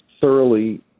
thoroughly